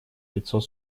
пятьсот